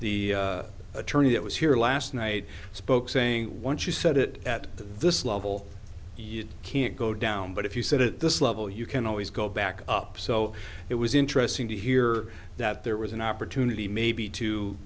the attorney that was here last night spoke saying once you set it at this level you can't go down but if you sit at this level you can always go back up so it was interesting to hear that there was an opportunity maybe to